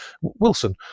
Wilson